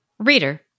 Reader